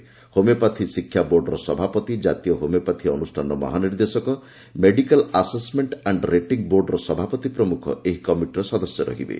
ଅଧ୍ୟକ୍ଷଙ୍କ ସମେତ ହୋମିଓପାଥି ଶିକ୍ଷା ବୋର୍ଡର ସଭାପତି ଜାତୀୟ ହୋମିଓପାଥି ଅନୁଷାନର ମହାନିର୍ଦ୍ଦେଶକ ମେଡ଼ିକାଲ୍ ଆସେସ୍ମେଣ୍ଟ ଆଣ୍ଡ୍ ରେଟିଂ ବୋର୍ଡର ସଭାପତି ପ୍ରମୁଖ ଏହି କମିଟିର ସଦସ୍ୟ ରହିବେ